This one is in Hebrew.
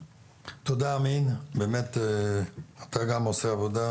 תודה, אמין, אתה באמת גם עושה עבודה,